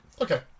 Okay